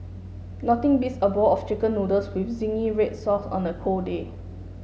nothing beats a bowl of chicken noodles with zingy red sauce on a cold day